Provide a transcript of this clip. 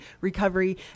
recovery